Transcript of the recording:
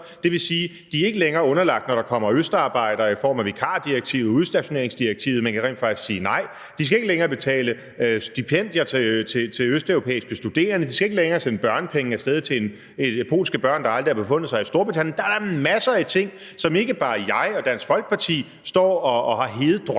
Det vil sige, at de ikke længere, når der kommer østarbejdere, er underlagt vikardirektivet og udstationeringsdirektivet, men rent faktisk kan sige nej. De skal ikke længere betale stipendier til østeuropæiske studerende. De skal ikke længere sende børnepenge af sted til polske børn, der aldrig har befundet sig i Storbritannien. Der er da masser af ting, både ting, som ikke bare jeg og Dansk Folkeparti står og har hede drømme